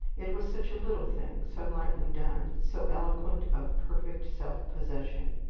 it was such a little thing, so lightly done, so eloquent of perfect self-possession,